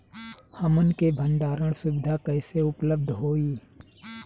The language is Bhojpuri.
हमन के भंडारण सुविधा कइसे उपलब्ध होई?